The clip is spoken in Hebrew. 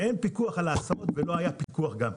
ואין פיקוח על ההסעות ולא היה פיקוח גם.